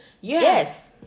yes